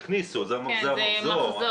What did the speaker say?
הכניסו, זה המחזור.